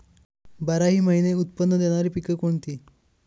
बाराही महिने उत्त्पन्न देणारी पिके कोणती?